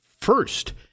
first